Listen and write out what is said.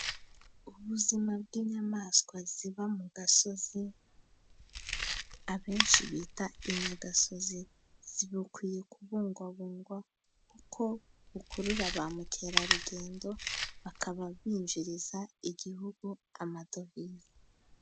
Ubuzima bw'inyamaswa ziba mu gasozi abenshi bita inyagasozi, bukwiye kubungwabungwa, kuko bukurura ba mukerarugendo, bakaba binjiriza igihugu amadovize.